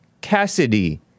Cassidy